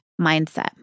mindset